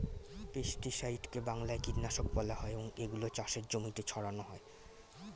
পেস্টিসাইডকে বাংলায় কীটনাশক বলা হয় এবং এগুলো চাষের জমিতে ছড়ানো হয়